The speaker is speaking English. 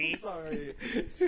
sorry